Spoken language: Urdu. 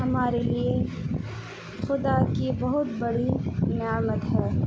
ہمارے لیے خدا کی بہت بڑی نعمت ہے